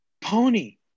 Pony